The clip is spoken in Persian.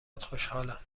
خوشحالم